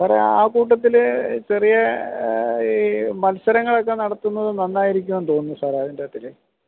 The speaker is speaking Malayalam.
സാറെ ആ കൂട്ടത്തിൽ ചെറിയ ഈ മത്സരങ്ങളൊക്കെ നടത്തുന്നത് നന്നായിരിക്കും എന്ന് തോന്നുന്നു സാറെ അതിൻറ്റകത്തിൽ